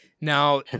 now